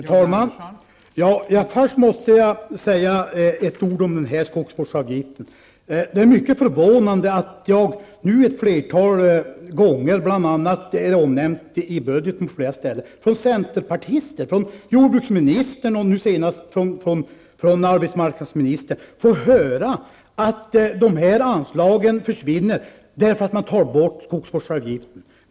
Fru talman! Först måste jag säga några ord om skogsvårdsavgiften. Det är mycket förvånande att ett flertal gånger -- bl.a. är det omnämnt på flera ställen i budgetpropositionen -- från centerpartister få höra att de här anslagen försvinner därför att man tar bort skogsvårdsavgiften.